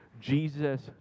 Jesus